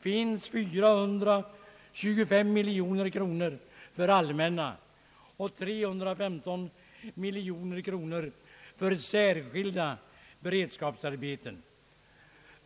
finns 425 miljoner kronor för allmänna och 315 miljoner kronor för särskilda beredskapsarbeten.